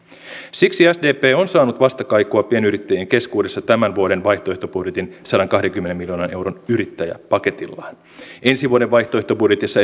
siksi sdp on saanut vastakaikua pienyrittäjien keskuudessa tämän vuoden vaihtoehtobudjetin sadankahdenkymmenen miljoonan euron yrittäjäpaketillaan ensi vuoden vaihtoehtobudjetissa